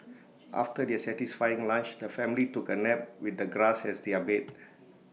after their satisfying lunch the family took A nap with the grass as their bed